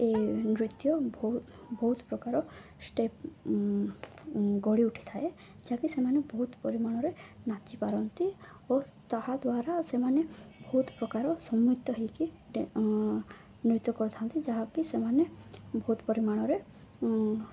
ଏଇ ନୃତ୍ୟ ବହୁତ ବହୁତ ପ୍ରକାର ଷ୍ଟେପ ଗଢ଼ି ଉଠିଥାଏ ଯାହାକି ସେମାନେ ବହୁତ ପରିମାଣରେ ନାଚି ପାରନ୍ତି ଓ ତାହା ଦ୍ୱାରା ସେମାନେ ବହୁତ ପ୍ରକାର ସମ୍ମିଳିତ ହୋଇକି ନୃତ୍ୟ କରିଥାନ୍ତି ଯାହାକି ସେମାନେ ବହୁତ ପରିମାଣରେ